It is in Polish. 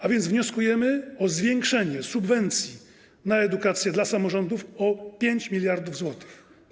A więc wnioskujemy o zwiększenie subwencji na edukację dla samorządów o 5 mld zł.